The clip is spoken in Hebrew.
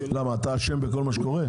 למה, אתם אשם בכל מה שקורה?